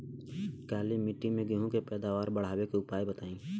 काली मिट्टी में गेहूँ के पैदावार बढ़ावे के उपाय बताई?